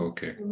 Okay